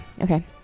Okay